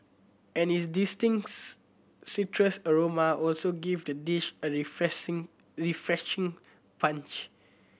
and its distinct citrus aroma also give the dish a refreshing punch